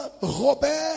Robert